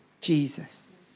Jesus